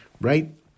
right